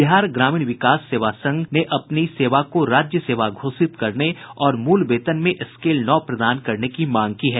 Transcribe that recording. बिहार ग्रामीण विकास सेवा संघ ने अपनी सेवा को राज्य सेवा घोषित करने और मूल वेतन में स्कैल नौ प्रदान करने की मांग की है